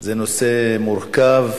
זה נושא מורכב,